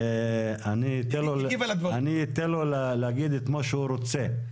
ואני אתן לו להגיד את מה שהוא רוצה.